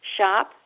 Shop